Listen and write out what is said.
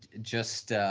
just